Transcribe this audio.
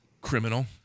Criminal